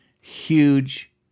huge